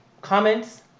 comments